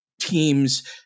teams